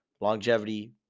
longevity